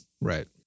Right